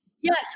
Yes